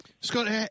Scott